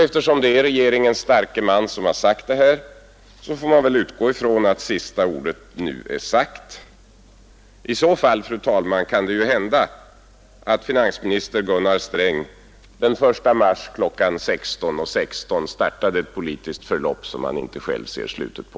Eftersom det är regeringens starke man som säger det här får man väl utgå från att sista ordet nu är sagt. I så fall, fru talman, kan det hända att finansministern Gunnar Sträng den 1 mars kl. 16.16 startade ett politiskt förlopp som han inte själv ser slutet på.